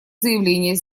заявление